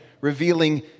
revealing